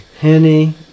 Henny